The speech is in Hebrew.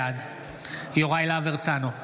בעד יוראי להב הרצנו,